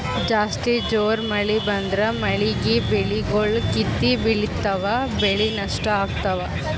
ಜಾಸ್ತಿ ಜೋರ್ ಮಳಿ ಬಂದ್ರ ಮಳೀಗಿ ಬೆಳಿಗೊಳ್ ಕಿತ್ತಿ ಬಿಳ್ತಾವ್ ಬೆಳಿ ನಷ್ಟ್ ಆಗ್ತಾವ್